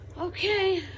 Okay